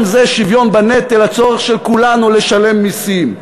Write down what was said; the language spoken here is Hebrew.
גם זה שוויון בנטל, הצורך של כולנו לשלם מסים.